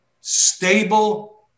Stable